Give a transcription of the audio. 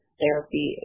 therapy